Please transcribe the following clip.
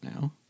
now